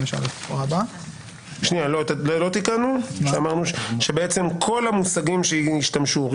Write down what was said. לא אמרנו שנתקן את כל המושגים שהשתמשו בהם?